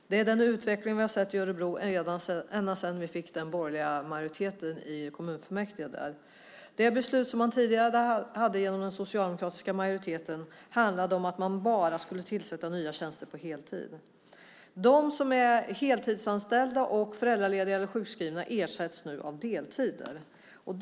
Det är den utveckling vi har sett i Örebro ända sedan vi fick den borgerliga majoriteten i kommunfullmäktige där. Det beslut som tidigare gällde genom den socialdemokratiska majoriteten handlade om att man skulle tillsätta nya tjänster bara på heltid. De som är heltidsanställda och föräldralediga eller sjukskrivna ersätts nu av deltidare.